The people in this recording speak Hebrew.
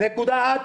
את.